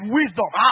wisdom